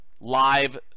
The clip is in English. live